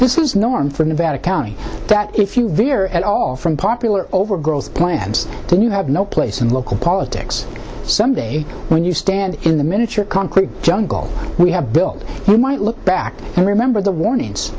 this is norm from nevada county that if you're at all from popular over girls plants then you have no place in local politics someday when you stand in the miniature concrete jungle we have built you might look back and remember the warnings